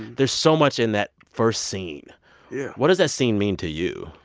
there's so much in that first scene yeah what does that scene mean to you,